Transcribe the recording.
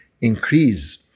increase